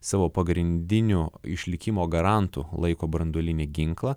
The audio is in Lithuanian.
savo pagrindiniu išlikimo garantu laiko branduolinį ginklą